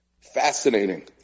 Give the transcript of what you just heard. Fascinating